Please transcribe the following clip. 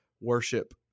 worship